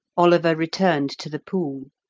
oliver returned to the pool,